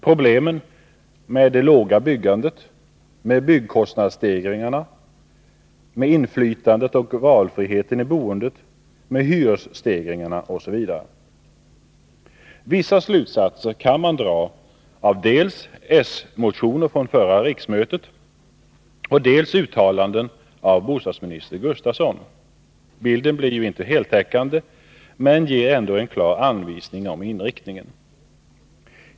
Problemen med det låga byggandet, med byggkostnadsstegringarna, med inflytandet och valfriheten i boendet, med hyresstegringarna osv. Vissa slutsatser kan man dra av dels socialdemokratiska motioner från förra riksmötet, dels uttalanden av bostadsminister Gustafsson. Bilden blir inte heltäckande men ger ändå en klar anvisning om inriktningen.